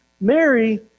Mary